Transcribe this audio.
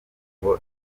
ngo